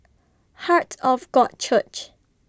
Heart of God Church